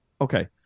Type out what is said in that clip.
Okay